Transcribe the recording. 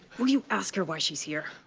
will you ask her why she's here?